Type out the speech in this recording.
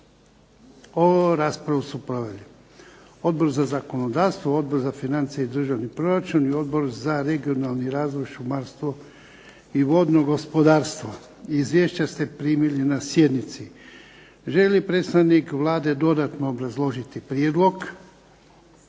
Raspravu su proveli: Odbor za zakonodavstvo, Odbor za financije i državni proračun i Odbor za regionalni razvoj, šumarstvo i vodno gospodarstvo. Izvješća ste primili na sjednici. Želi li predstavnik Vlade dodatno obrazložiti prijedlog?